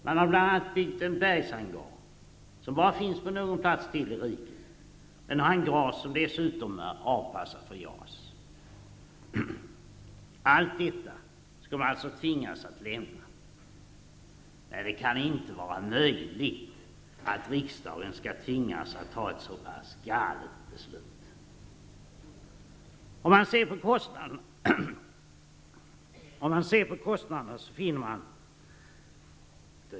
Man har byggt en bergshangar, vilket bara finns på någon plats till i riket, och en hangar som dessutom är anpassad för JAS. Allt detta skulle man alltså tvingas att lämna. Nej, det kan inte vara möjligt att riksdagen skall tvingas att fatta ett så pass galet beslut.